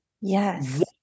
Yes